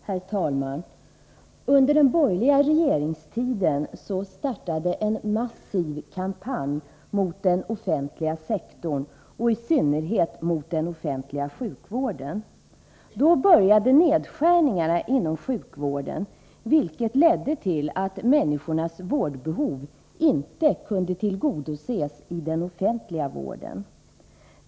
Herr talman! Under den borgerliga regeringstiden startade en massiv kampanj mot den offentliga sektorn och i synnerhet mot den offentliga sjukvården. Då började nedskärningarna inom sjukvården, vilket ledde till att människornas vårdbehov inte kunde tillgodoses i den offentliga vården.